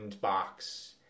box